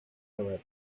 arab